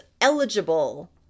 eligible